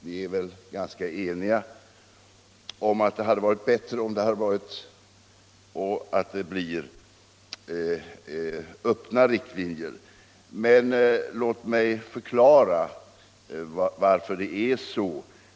Vi är väl ganska eniga om att det hade varit bättre om det funnits och kunde bli öppna riktlinjer, men låt mig förklara varför det inte är så.